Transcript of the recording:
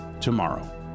tomorrow